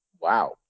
Wow